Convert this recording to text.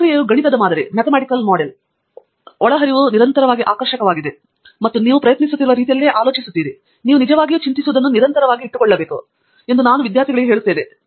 ಹಾಗಾಗಿ ನೀವು ನನ್ನ ವಿದ್ಯಾರ್ಥಿಗಳಿಗೆ ಸಂಶೋಧನೆ ನಡೆಸುತ್ತಿರುವ ಒಳಹರಿವು ಪ್ರಶ್ನೆಗಳಾಗಿವೆ ಮತ್ತು ನೀವು ಪ್ರಯತ್ನಿಸುತ್ತಿರುವ ರೀತಿಯಲ್ಲಿಯೇ ಆಲೋಚಿಸುತ್ತೀರಿ ನೀವು ನಿಜವಾಗಿಯೂ ಚಿಂತಿಸುವುದನ್ನು ನಿರಂತರವಾಗಿ ಇಟ್ಟುಕೊಳ್ಳಬೇಕು ಎಂದು ನನ್ನ ವಿದ್ಯಾರ್ಥಿಗಳಿಗೆ ಹೇಳುತ್ತಿದ್ದೇನೆ